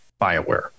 Bioware